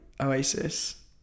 Oasis